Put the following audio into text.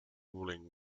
ruling